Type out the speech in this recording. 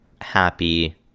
happy